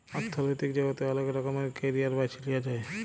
অথ্থলৈতিক জগতে অলেক রকমের ক্যারিয়ার বাছে লিঁয়া যায়